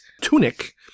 tunic